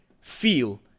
feel